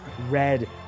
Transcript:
Red